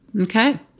Okay